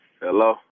hello